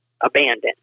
abandoned